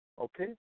Okay